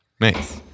Nice